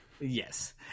Yes